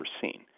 seen